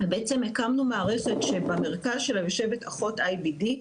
בעצם הקמנו מערכת שבמרכז שלה יושבת אחות IBD,